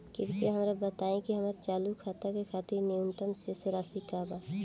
कृपया हमरा बताइ कि हमार चालू खाता के खातिर न्यूनतम शेष राशि का बा